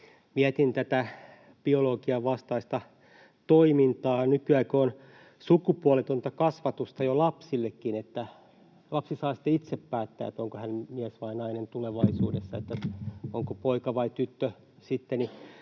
Mietin tätä biologian vastaista toimintaa. Nykyään kun on sukupuoletonta kasvatusta jo lapsillekin, niin että lapsi saa sitten itse päättää, onko hän mies vai nainen tulevaisuudessa, onko poika vai tyttö sitten,